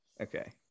Okay